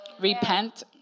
Repent